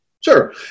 Sure